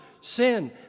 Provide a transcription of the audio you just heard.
sin